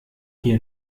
hier